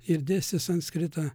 ir dėstė sanskritą